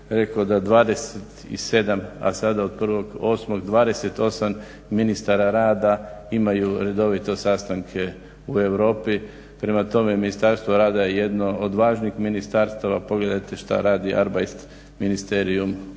rekao da 27 a sada od 1.8. 28 ministara rada imaju redovito sastanke u Europi. Prema tome Ministarstvo rada je jedno do važnih ministarstava. Pogledajte što radi Arbeiten Ministerien